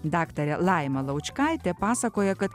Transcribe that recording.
daktarė laima laučkaitė pasakoja kad